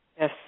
Yes